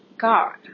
God